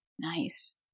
Nice